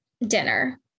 dinner